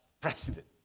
president